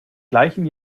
gleichen